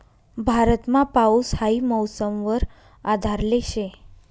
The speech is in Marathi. भारतमा पाऊस हाई मौसम वर आधारले शे